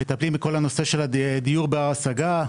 מטפלים בכל הנושא של הדיור בר השגה,